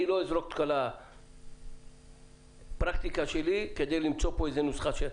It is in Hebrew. אני לא אזרוק על הפרקטיקה שלי כדי למצוא פה נוסחה.